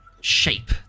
shape